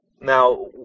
Now